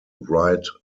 write